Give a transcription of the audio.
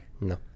No